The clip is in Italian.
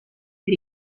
per